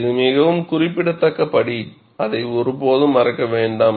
இது மிகவும் குறிப்பிடத்தக்க படி அதை ஒருபோதும் மறக்க வேண்டாம்